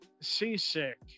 seasick